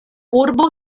urbo